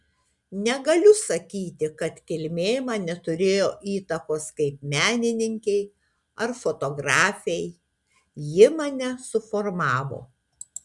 negaliu sakyti kad kilmė man neturėjo įtakos kaip menininkei ar fotografei ji mane suformavo